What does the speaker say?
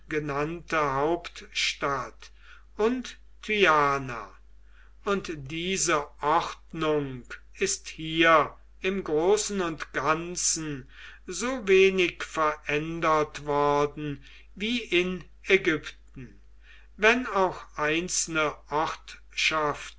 genannte hauptstadt und tyana und diese ordnung ist hier im großen und ganzen so wenig verändert worden wie in ägypten wenn auch einzelne